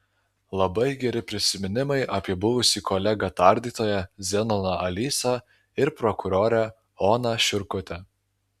labai geri prisiminimai apie buvusį kolegą tardytoją zenoną alysą ir prokurorę oną šiurkutę